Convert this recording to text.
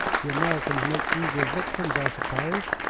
the americans make easier victims, i suppose.